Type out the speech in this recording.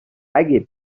اگه